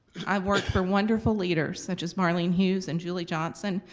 i've worked for wonderful leaders such as marlene hughes and julie johnson,